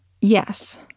Yes